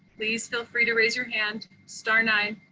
please feel free to raise your hand, star nine.